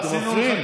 אתם מפריעים.